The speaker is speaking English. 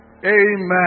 Amen